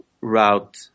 route